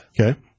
Okay